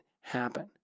happen